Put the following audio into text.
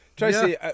Tracy